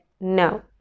No